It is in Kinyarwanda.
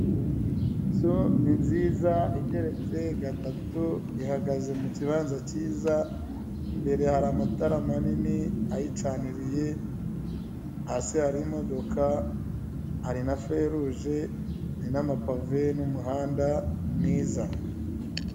Inzu ni nziza igeretse gatatu ihagaze mu kibanza kiza, imbere hari amatara manini ayicaniriye, hasi hari imodoka, hari na feruje, hari n'amapave n'umuhanda mwiza.